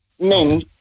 men